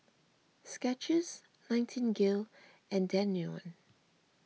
Skechers Nightingale and Danone